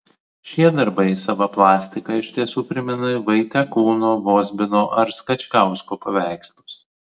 šie darbai sava plastika iš tiesų primena vaitekūno vozbino ar skačkausko paveikslus